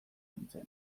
nintzen